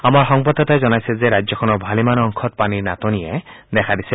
আমাৰ সংবাদদাতাই জনাইছে যে ৰাজ্যখনৰ ভালেমান অংশত পানীৰ নাটনিয়ে দেখা দিছে